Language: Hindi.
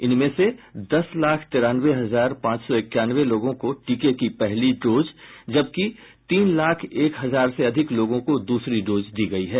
इनमें से दस लाख तिरानवे हजार पांच सौ इक्यानवे लोगों को टीके की पहली डोज जबकि तीन लाख एक हजार से अधिक लोगों को दूसरी डोज दी गयी है